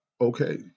okay